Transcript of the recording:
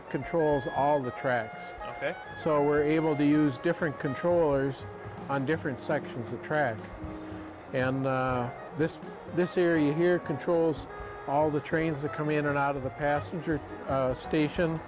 it controls all the tracks so we're able to use different controllers on different sections of track and this this ear you hear controls all the trains are coming in and out of the passenger station